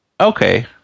Okay